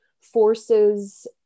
forces